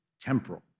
temporal